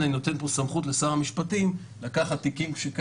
אנחנו רוצים לפנות את שר המשפטים למשימה פעוטה אחרת שיש לו היום,